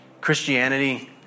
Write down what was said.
Christianity